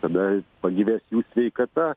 tada pagyvės jų sveikata